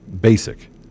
basic